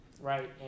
Right